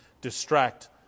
distract